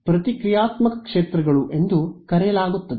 ಆದ್ದರಿಂದ ಇವುಗಳನ್ನು ಪ್ರತಿಕ್ರಿಯಾತ್ಮಕ ಕ್ಷೇತ್ರಗಳು ಎಂದು ಕರೆಯಲಾಗುತ್ತದೆ